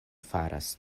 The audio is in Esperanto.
faras